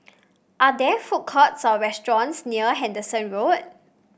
are there food courts or restaurants near Henderson Road